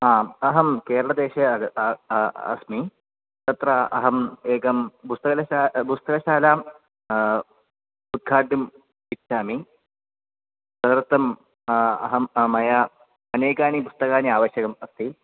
आम् अहं केरळदेशे आग अस्मि तत्र अहम् एकं पुस्तकशा पुस्तकशालां उद्घाटितुम् इच्छामि तदर्थम् अहं मया अनेकानि पुस्तकानि आवश्यकम् अस्ति